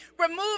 Remove